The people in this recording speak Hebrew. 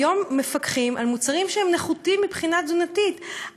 היום מפקחים על מוצרים שהם נחותים מבחינה תזונתית,